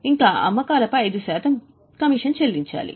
ఇంకా అమ్మకాలపై 5 శాతం కమీషన్ చెల్లించాలి